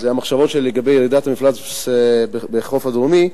המחשבות לגבי ירידת המפלס בחוף הדרומי,